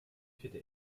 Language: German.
vierter